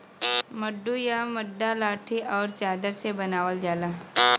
मड्डू या मड्डा लाठी आउर चादर से बनावल जाला